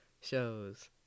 shows